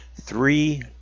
three